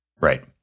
Right